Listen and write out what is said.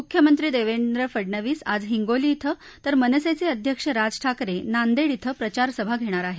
मुख्यमंत्री देवेंद्र फडनवीस आज हिंगोली श्वे तर मनसेचे अध्यक्ष राज ठाकरे नांदेड श्वे प्रचारसभा घेणार आहेत